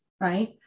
right